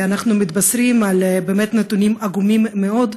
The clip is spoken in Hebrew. ואנחנו מתבשרים על נתונים עגומים מאוד: